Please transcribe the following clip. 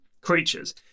creatures